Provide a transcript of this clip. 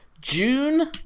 June